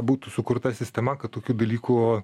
būtų sukurta sistema kad tokių dalykų